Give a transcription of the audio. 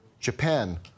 Japan